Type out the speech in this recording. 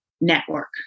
network